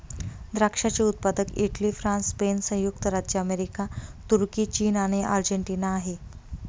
द्राक्षाचे उत्पादक Italy, France, Spain, संयुक्त राज्य अमेरिका, तुर्की, चीन आणि अर्जेंटिना आहे